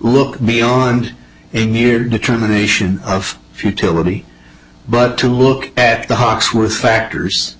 look beyond a mere determination of futility but to look at the hocks with factors